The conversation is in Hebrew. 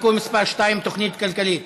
תיקון מס' 2, התוכנית הכלכלית.